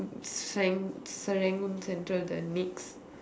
Seran~ Serangoon central the nex